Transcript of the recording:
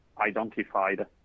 identified